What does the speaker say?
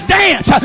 dance